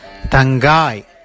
Tangai